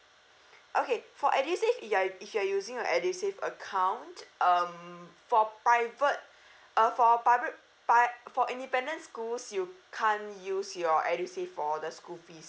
okay for edusave if you're if you are using your edusave account um for private uh for private pri~ for independent schools you can't use your edusave for the school fees